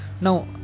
now